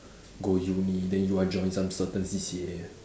go uni then you want join some certain C_C_A